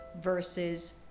versus